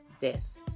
death